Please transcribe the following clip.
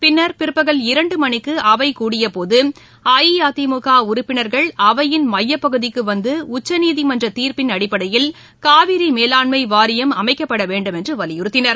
பின்னர் பிற்பகல் இரண்டு மணிக்கு அவை கூடியபோது அஇஅதிமுக உறுப்பினர்கள் அவையின் மையப்பகுதிக்கு வந்து உச்சநீதிமன்ற தீர்ப்பின் அடிப்படையில் காவிரி மேலாண்மை வாரியம் அமைக்கப்பட வேண்டும் என்று வலியுறுத்தினர்